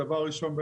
דבר ראשון,